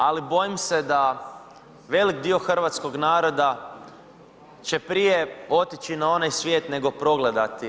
Ali bojim se da velik dio hrvatskog naroda će prije otići na onaj svijet nego progledati.